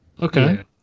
Okay